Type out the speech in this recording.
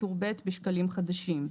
טור ב': בשקלים חדשים.